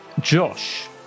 Josh